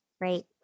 Great